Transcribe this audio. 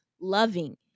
loving